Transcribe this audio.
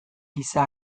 giza